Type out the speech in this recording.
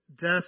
death